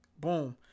Boom